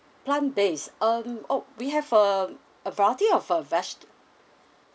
plant based um oh we have um a variety of uh veg